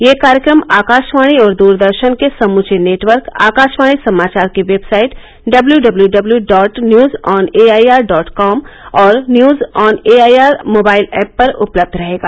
यह कार्यक्रम आकाशवाणी और द्रदर्शन के समुचे नेटवर्क आकाशवाणी समाचार की website W W W dot news on A I R dot com और news on A I R mobile app पर उपलब्ध रहेगा